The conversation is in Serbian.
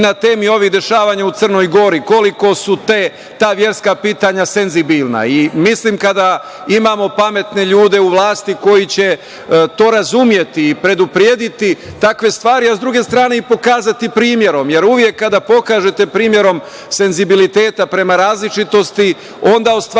i na temu ovih dešavanja u Crnoj Gori, koliko su ta verska pitanja senzibilna. Kada imamo pametne ljude u vlasti koji će to razumeti i preduprediti takve stvari, a sa druge strane i pokazati primerom, jer uvek kada pokažete primerom senzibiliteta prema različitosti, onda ostvarujete